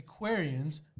aquarians